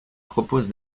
propose